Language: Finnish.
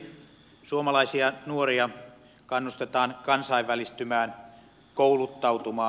suomalaisia nuoria kannustetaan kansainvälistymään kouluttautumaan